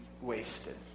wasted